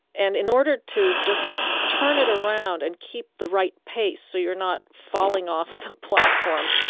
and in order to just turn it around and keep the right pace so you're not falling off the platform,